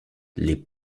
les